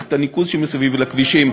מערכת הניקוז שמסביב לכבישים,